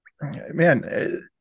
man